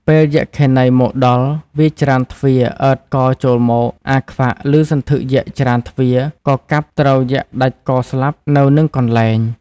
ពេលយក្ខិនីមកដល់ វាច្រានទ្វារអើតកចូលមក អាខ្វាក់ ឮសន្ធឹកយក្ខច្រានទ្វារ ក៏កាប់ត្រូវយក្ខដាច់កស្លាប់នៅនឹងកន្លែង។